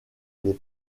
les